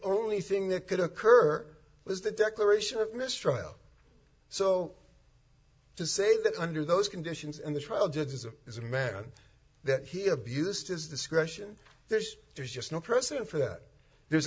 only thing that could occur was the declaration of mistrial so to say that under those conditions and the trial judge as is a man that he abused his discretion there's there's just no precedent for that there's